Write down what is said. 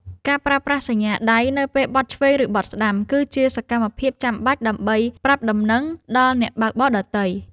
ការប្រើប្រាស់សញ្ញាដៃនៅពេលបត់ឆ្វេង ឬបត់ស្ដាំ គឺជាសកម្មភាពចាំបាច់ដើម្បីប្រាប់ដំណឹងដល់អ្នកបើកបរដទៃ។